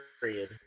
period